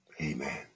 Amen